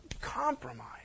compromise